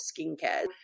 skincare